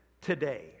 today